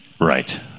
Right